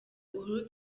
uhuru